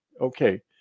Okay